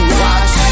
watch